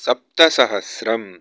सप्तसहस्रम्